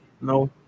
no